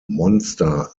monster